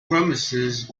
promises